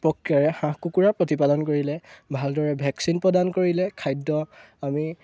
প্ৰক্ৰিয়াৰে হাঁহ কুকুৰা প্ৰতিপালন কৰিলে ভালদৰে ভেকচিন প্ৰদান কৰিলে খাদ্য আমি